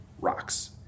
rocks